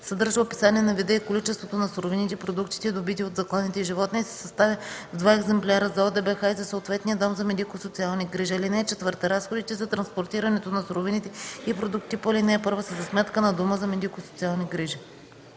съдържа описание на вида и количеството на суровините и продуктите, добити от закланите животни, и се съставя в два екземпляра – за ОДБХ, и за съответния дом за медико-социални грижи. (4) Разходите за транспортирането на суровините и продуктите по ал. 1 са за сметка на дома за медико-социални грижи.”